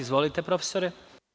Izvolite, profesore.